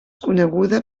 coneguda